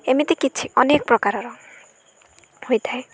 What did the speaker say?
ଏମିତି କିଛି ଅନେକ ପ୍ରକାରର ହୋଇଥାଏ